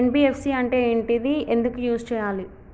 NBFC అంటే ఏంటిది ఎందుకు యూజ్ చేయాలి?